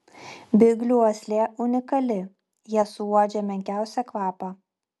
biglių uoslė unikali jie suuodžia menkiausią kvapą